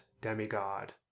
demigod